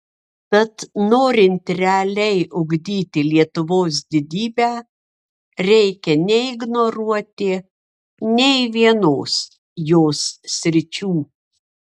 tad norint realiai ugdyti lietuvos didybę reikia neignoruoti nei vienos jos sričių